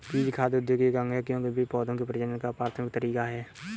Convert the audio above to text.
बीज खाद्य उद्योग के अंग है, क्योंकि वे पौधों के प्रजनन का प्राथमिक तरीका है